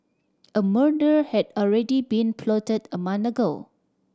a murder had already been plotted a month ago